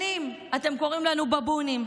שנים אתם קוראים לנו בבונים,